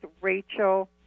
Rachel